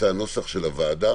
הנוסח של הוועדה,